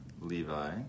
Levi